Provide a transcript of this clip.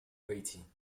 rating